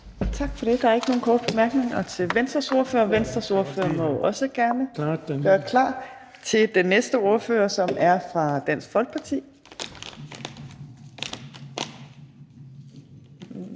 Tak for det. Der er ikke nogen korte bemærkninger til Venstres ordfører. Venstres ordfører må også gerne gøre klar til den næste ordfører, som er fra Dansk Folkeparti.